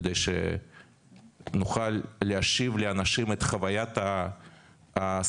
כדי שנוכל להשיב לאנשים את חוויית הספורט,